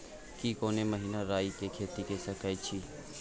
की कोनो महिना राई के खेती के सकैछी?